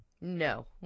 No